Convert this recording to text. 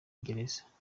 gereza